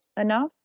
enough